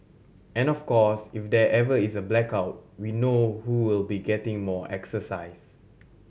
and of course if there ever is a blackout we know who will be getting more exercise